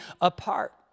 apart